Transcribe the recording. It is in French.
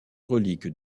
reliques